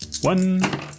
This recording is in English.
One